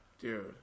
Dude